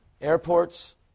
Airports